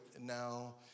now